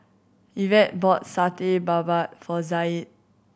Yvette bought Satay Babat for Zaid